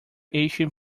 ancient